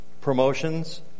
promotions